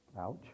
Ouch